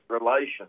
relations